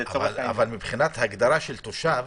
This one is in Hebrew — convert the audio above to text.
אבל מבחינת הגדרת תושב,